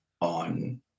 on